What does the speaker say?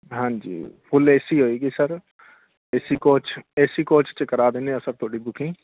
ਹਾਂਜੀ full AC ਹੋਏਗੀ sir AC coach AC coach 'ਚ ਕਰਾ ਦਿੰਦੇ ਹਾਂ ਸਰ ਤੁਹਾਡੀ ਬੁਕਿੰਗ